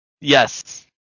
Yes